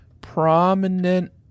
Prominent